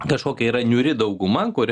kažkokia yra niūri dauguma kuri